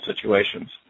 situations